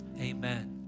Amen